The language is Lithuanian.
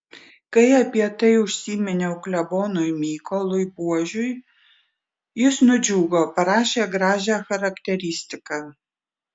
kai apie tai užsiminiau klebonui mykolui buožiui jis nudžiugo parašė gražią charakteristiką